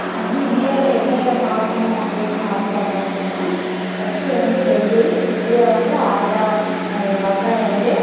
நான் வந்து இந்தியாவில் எந்த இடம் பார்க்கணும் அப்படின்னு ஆசைப்பட்ற அப்படின்னா ஃபர்ஸ்ட்டு வந்து டெல்லி டெல்லியில் வந்து ஆக்ரா ஆக்ராவில் வந்து